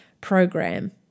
program